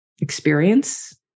experience